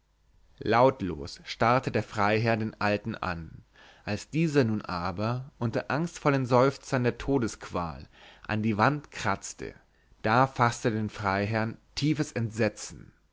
lautlos starrte der freiherr den alten an als dieser nun aber unter angstvollen seufzern der todesqual an der wand kratzte da faßte den freiherrn tiefes entsetzen